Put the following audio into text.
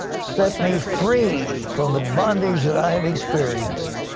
set me free from the bondage that i have experienced.